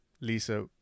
Lisa